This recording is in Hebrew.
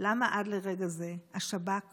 למה עד לרגע זה השב"כ